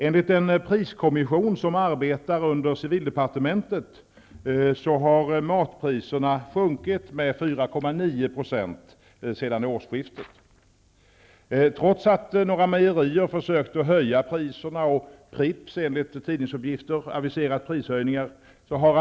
Enligt en priskommission som arbetar under civildepartementet har matpriserna sjunkit med 4,9 % sedan årsskiftet. Momssänkningen har alltså haft avsedd effekt trots att några mejerier försökt att höja priserna och att Pripps enligt tidningsuppgifter aviserat prishöjningar.